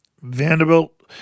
Vanderbilt